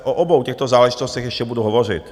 O obou těchto záležitostech ještě budu hovořit.